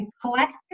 collective